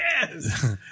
Yes